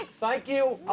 thank you!